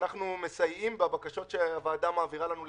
ואנחנו מסייעים בבקשות שהוועדה מעבירה לנו לבדיקה.